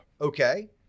Okay